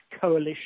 coalition